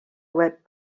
web